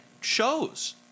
shows